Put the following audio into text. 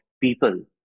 people